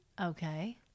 okay